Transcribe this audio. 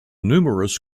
numerous